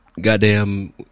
Goddamn